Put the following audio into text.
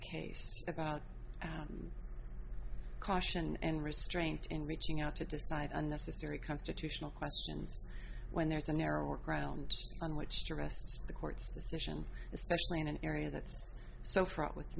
case about caution and restraint in reaching out to decide unnecessary constitutional questions when there's a narrower ground on which to rest the court's decision especially in an area that's so fraught with